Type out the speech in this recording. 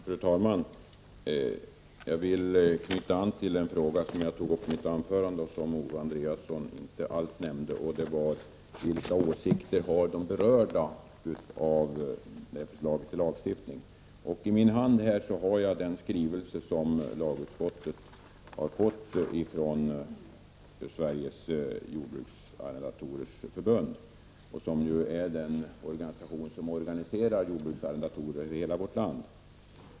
Fru talman! Jag vill knyta an till en fråga som jag tog upp i mitt anförande och som Owe Andréasson inte alls nämnde, nämligen vilka åsikter de som är berörda har om förslaget till lagstiftning. I min hand har jag den skrivelse som lagutskottet har fått från Sveriges jordbruksarrendatorers förbund, som organiserar jordbruksarrendatorer i hela vårt land.